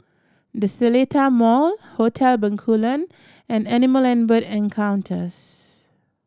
The Seletar Mall Hotel Bencoolen and Animal and Bird Encounters